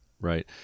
right